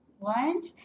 lunch